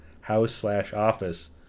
house-slash-office